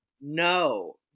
No